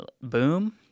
boom